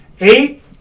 Eight